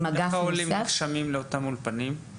איפה עולים נרשמים לאותם אולפנים?